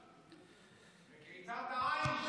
חברים,